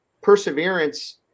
perseverance